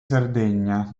sardegna